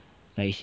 like it's